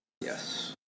Yes